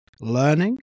learning